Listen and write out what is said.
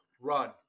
Run